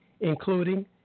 including